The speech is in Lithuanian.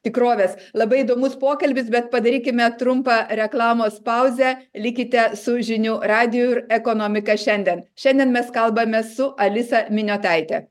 tikrovės labai įdomus pokalbis bet padarykime trumpą reklamos pauzę likite su žinių radiju ir ekonomika šiandien šiandien mes kalbamės su alisa miniotaite